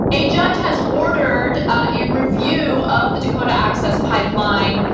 a judge has ordered a review of the dakota access pipeline,